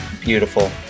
Beautiful